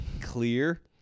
clear